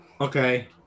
Okay